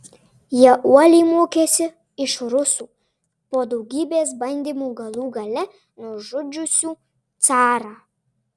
jie uoliai mokėsi iš rusų po daugybės bandymų galų gale nužudžiusių carą